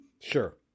Sure